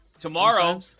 Tomorrow